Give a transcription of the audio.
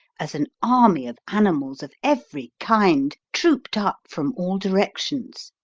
as an army of animals of every kind trooped up from all directions,